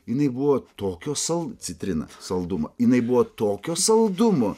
jinai buvo tokio sal citrina saldumo jinai buvo tokio saldumo